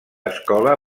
escola